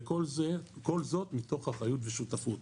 וכל זאת מתוך אחריות ושותפות.